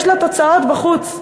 יש לה תוצאות בחוץ,